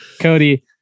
Cody –